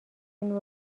نور